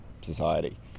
society